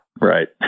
Right